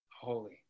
holy